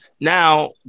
now